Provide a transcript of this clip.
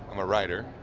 i'm a writer,